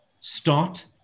Start